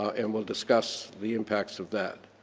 and we'll discuss the impacts of that.